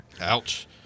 Ouch